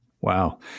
Wow